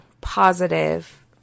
positive